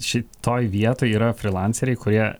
šitoj vietoj yra frylanceriai kurie